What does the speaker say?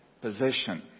possession